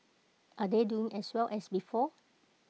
are they doing as well as before